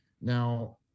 Now